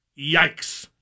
Yikes